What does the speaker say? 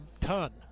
ton